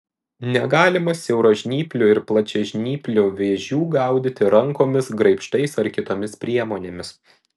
negalima siauražnyplių ir plačiažnyplių vėžių gaudyti rankomis graibštais ar kitomis priemonėmis